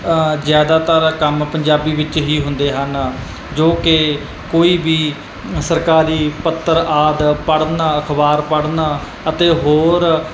ਜ਼ਿਆਦਾਤਰ ਕੰਮ ਪੰਜਾਬੀ ਵਿੱਚ ਹੀ ਹੁੰਦੇ ਹਨ ਜੋ ਕਿ ਕੋਈ ਵੀ ਸਰਕਾਰੀ ਪੱਤਰ ਆਦਿ ਪੜ੍ਹਨ ਅਖਬਾਰ ਪੜ੍ਹਨਾ ਅਤੇ ਹੋਰ